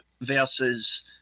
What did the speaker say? versus